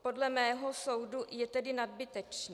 Podle mého soudu je tedy nadbytečný.